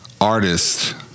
artist